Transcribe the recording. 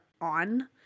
on